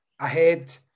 ahead